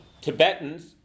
Tibetans